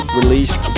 released